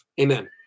Amen